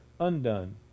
Undone